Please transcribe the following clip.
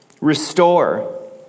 Restore